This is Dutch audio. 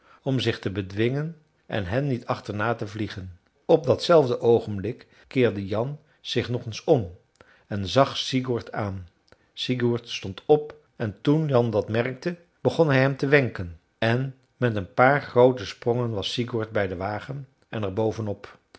om zich te bedwingen en hen niet achterna te vliegen op dat zelfde oogenblik keerde jan zich nog eens om en zag sigurd aan sigurd stond op en toen jan dat merkte begon bij hem te wenken en met een paar groote sprongen was sigurd bij den wagen en